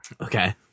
Okay